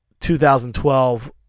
2012